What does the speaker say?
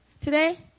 today